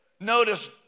Notice